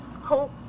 hope